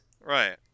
Right